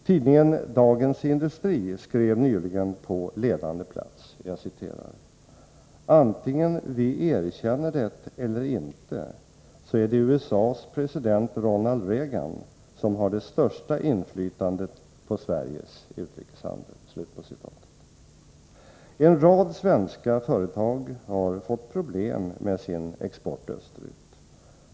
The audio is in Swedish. Tidningen Dagens Industri skrev nyligen på ledande plats: ”Antingen vi erkänner det eller inte så är det USA:s president Ronald Reagan som har det största inflytandet på Sveriges utrikeshandel.” En rad svenska företag har fått problem med sin export österut.